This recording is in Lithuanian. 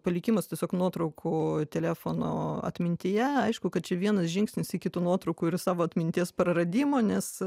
palikimas tiesiog nuotraukų telefono atmintyje aišku kad čia vienas žingsnis iki tų nuotraukų ir savo atminties praradimo nes